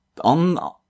on